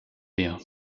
wir